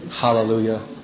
hallelujah